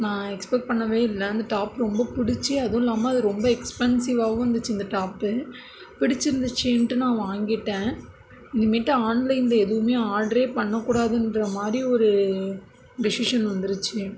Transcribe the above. நான் எக்ஸ்பெக்ட் பண்ணவே இல்லை அந்த டாப் ரொம்ப பிடித்து அதுவும் இல்லாமல் அது ரொம்ப எக்ஸ்பென்ஸிவாகவும் இருந்துச்சு இந்த டாப்பு பிடிச்சிருந்துச்சேனுட்னு நான் வாங்கிவிட்டேன் இனிமேட்டு ஆன்லைனில் எதுவுமே ஆடரே பண்ணக்கூடாதுன்ற மாதிரி ஒரு டிசிஷன் வந்துருச்சு